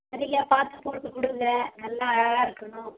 நிறையா பார்த்துப்போட்டு கொடுங்க நல்லா அழகா இருக்கணும்